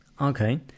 Okay